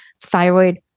thyroid